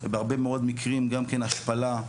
בהרבה מאוד מקרים גם כן השפלה,